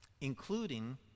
including